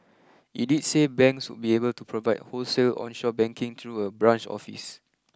it did say banks would be able to provide wholesale onshore banking through a branch office